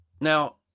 Now